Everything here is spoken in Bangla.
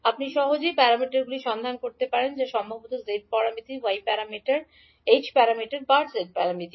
আপনি সহজেই প্যারামিটারগুলি সন্ধান করতে পারেন যা সম্ভবত z parameter y parameter h parameter বা z প্যারামিটার